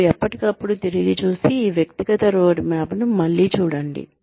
మరియు ఎప్పటికప్పుడు తిరిగి చూసి ఈ వ్యక్తిగత రోడ్మ్యాప్ ను మళ్లీ చూడండి